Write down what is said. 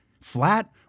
flat